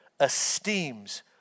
esteems